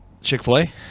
Chick-fil-a